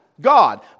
God